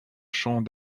champ